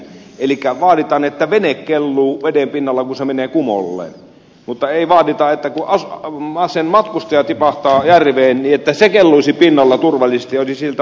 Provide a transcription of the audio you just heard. elikkä vaaditaan että vene kelluu veden pinnalla kun se menee kumolleen mutta ei vaadita että kun sen matkustaja tipahtaa järveen hän kelluisi pinnalla turvallisesti ja olisi sieltä poimittavissa